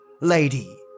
LADY